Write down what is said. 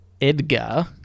Edgar